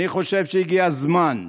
אני חושב שהגיע הזמן,